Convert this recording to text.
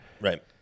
Right